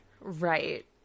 right